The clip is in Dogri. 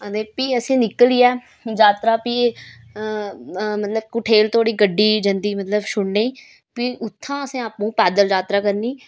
ते फ्ही असें निकलियै जात्तरा फ्ही मतलब कुठेल धोड़ी गड्डी जंदी मतलब छुड़ने गी फ्ही उत्थां असें आपूं पैदल जात्तरा करनी